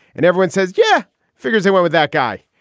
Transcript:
and everyone says, yeah, figures he went with that guy.